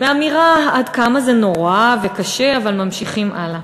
באמירה עד כמה זה נורא וקשה, אבל ממשיכים הלאה.